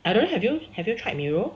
I don't have you have you tried mirror